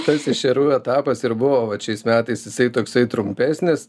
tai ešerių etapas ir buvo vat šiais metais jisai toksai trumpesnis